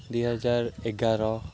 ଦୁଇ ହଜାର ଏଗାର